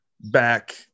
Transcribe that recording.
back